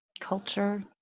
culture